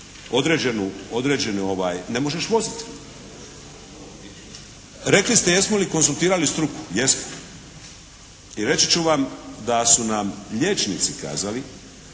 da nakon što popiješ ne možeš voziti. Rekli ste jesmo li konzultirali struku? Jesmo. I reći ću vam da su nam liječnici kazali